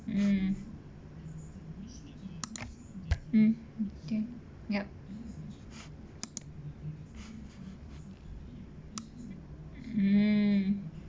mm mm okay yup mm